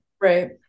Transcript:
Right